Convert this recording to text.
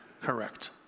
correct